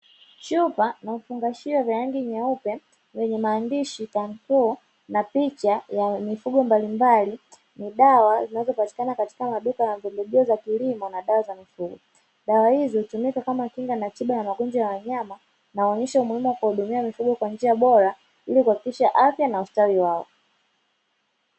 Chupa na vifungashio vya rangi nyeupe vyenye maandishi kanflu na picha ya mifugo mbalimbali ni dawa zinazopatikana katika maduka ya pembejeo za kilimo na dawa za mifugo, dawa hizi hutumika kama kinga na tiba ya magonjwa ya wanyama nawaonyesha umuhimu wa kuwahudumia mifugo kwa njia bora ili kuhakikisha afya na ustawi wao.